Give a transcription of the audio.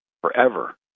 forever